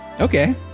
Okay